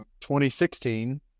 2016